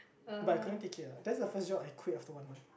but I couldn't take it ah that's the first job I quit after one month